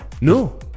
No